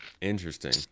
Interesting